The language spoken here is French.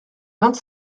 vingt